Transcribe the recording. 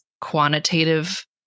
quantitative